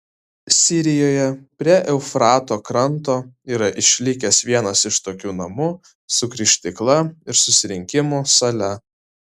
sirijoje prie eufrato kranto yra išlikęs vienas iš tokių namų su krikštykla ir susirinkimų sale